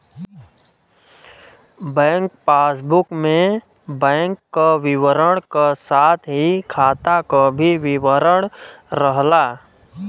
bank passbook में bank क विवरण क साथ ही खाता क भी विवरण रहला